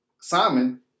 Simon